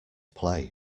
play